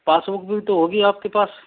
passbook भी तो होगी आपके पास